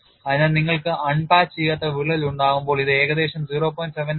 അതിനാൽ നിങ്ങൾക്ക് അൺപാച്ച് ചെയ്യാത്ത വിള്ളൽ ഉണ്ടാകുമ്പോൾ ഇത് ഏകദേശം 0